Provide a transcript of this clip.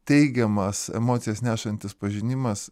teigiamas emocijas nešantis pažinimas